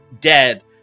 dead